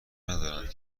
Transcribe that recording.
ندارند